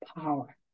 power